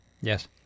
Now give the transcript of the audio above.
yes